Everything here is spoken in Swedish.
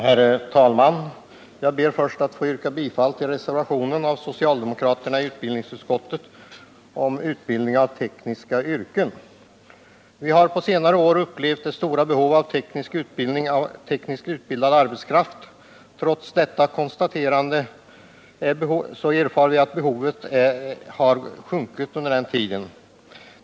Herr talman! Jag ber att först få yrka bifall till reservationen av socialdemokraterna i utbildningsutskottet om utbildning för tekniska yrken. Vi har på senare år upplevt det stora behovet av tekniskt utbildad arbetskraft. Trots det konstaterade behovet erfar vi en nedgång av sådan utbildning.